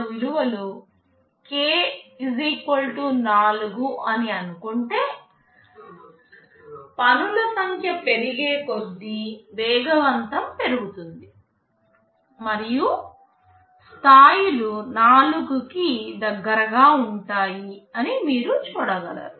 k 4 అని అనుకుంటే పనుల సంఖ్య పెరిగేకొద్దీ వేగవంతం పెరుగుతుంది మరియు స్థాయిలు 4 కి దగ్గరగా ఉంటాయి అని మీరు చూడగలరు